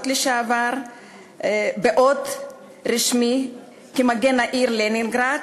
לשעבר באות רשמי כמגן העיר לנינגרד